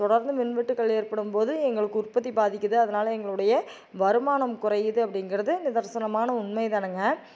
தொடர்ந்து மின் வெட்டுக்கள் ஏற்படும் போது எங்களுக்கு உற்பத்தி பாதிக்குது அதனால் எங்களுடைய வருமானம் குறையிது அப்படிங்கிறது நிதர்சனமான உண்மைதானங்க